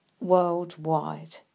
worldwide